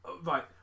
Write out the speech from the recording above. Right